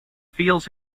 feels